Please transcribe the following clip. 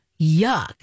Yuck